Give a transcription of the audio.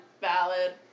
valid